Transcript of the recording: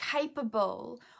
capable